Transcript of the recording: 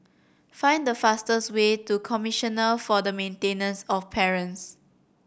find the fastest way to Commissioner for the Maintenance of Parents